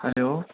hello